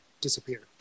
disappear